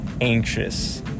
anxious